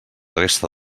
resta